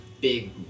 big